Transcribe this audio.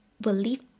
believe